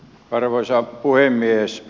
arvoisa puhemies